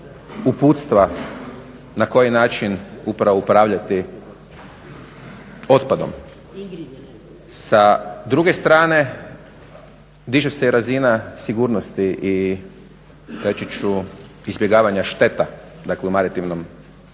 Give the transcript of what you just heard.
uputstva na koji način upravo upravljati otpadom. Sa druge strane diže se i razina sigurnosti i reći ću izbjegavanja šteta u maritimnom